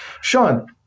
Sean